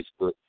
Facebook